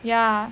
ya